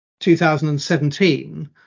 2017